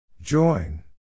Join